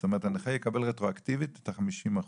זאת אומרת הנכה יקבל רטרואקטיבית את ה-50%.